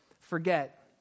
forget